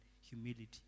Humility